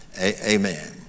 amen